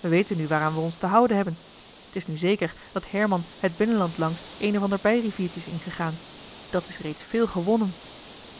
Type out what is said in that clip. we weten nu waaraan we ons te houden hebben het is nu zeker dat herman het binnenland langs een of ander bijriviertje is ingegaan dat is reeds veel gewonnen